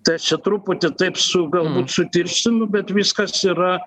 tai aš čia truputį taip su galbūt sutirštinu bet viskas yra